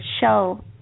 show